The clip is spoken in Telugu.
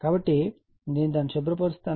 కాబట్టి నేను దానిని శుభ్ర పరుస్తాను